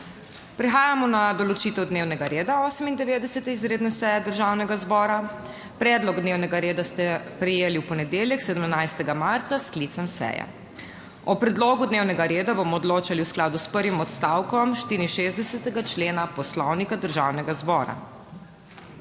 Prehajamo na določitev dnevnega reda 98. izredne seje Državnega zbora. Predlog dnevnega reda ste prejeli v ponedeljek, 17. marca s sklicem seje. O predlogu dnevnega reda bomo odločali v skladu s prvim odstavkom 64. člena Poslovnika Državnega zbora.